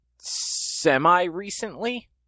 semi-recently